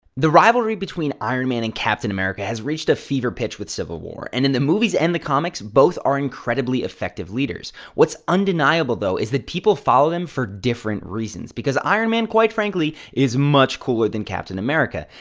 the rivalry between iron man and captain america has reached a fever pitch with civil war, and in the movies and the comics, both are incredibly effective leaders. what's undeniable though is that people follow them for different reasons because, iron man, quite frankly, is much cooler than captain america.